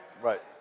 Right